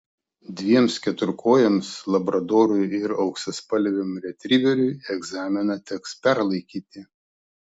dviems keturkojams labradorui ir auksaspalviam retriveriui egzaminą teks perlaikyti